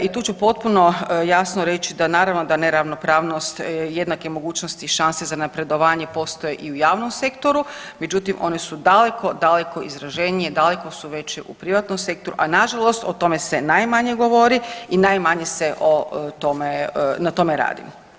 I tu ću potpuno jasno reći da naravno da neravnopravnost, jednake mogućnosti i šanse za napredovanje postoje i u javnom sektoru, međutim one su daleko, daleko izraženije daleko su veće u privatnom sektoru, a nažalost o tome se najmanje govori i najmanje se o tome, na tome radi.